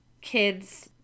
kids